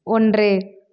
ஒன்று